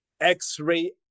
X-ray